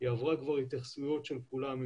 היא עברה כבר התייחסויות של כולם,